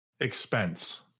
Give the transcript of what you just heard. expense